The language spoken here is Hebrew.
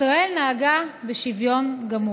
ישראל נהגה בשוויון גמור.